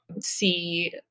see